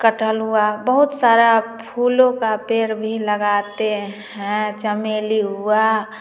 कटहल हुआ बहुत सारा फूलों का पेड़ भी लगाते हैं चमेली हुआ